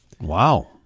Wow